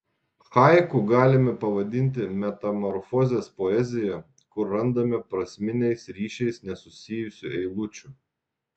haiku galime pavadinti metamorfozės poeziją kur randame prasminiais ryšiais nesusijusių eilučių